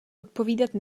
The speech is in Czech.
odpovídat